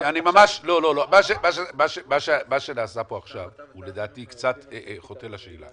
מה שנעשה פה עכשיו הוא לדעתי קצת חוטא לשאלה.